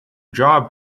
job